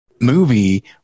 movie